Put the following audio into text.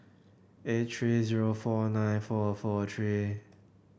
eight three zero four nine four four three